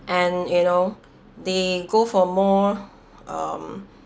and you know they go for more um